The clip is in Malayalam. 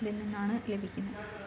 ഇതിൽ നിന്നാണ് ലഭിക്കുന്നത്